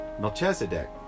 Melchizedek